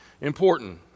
important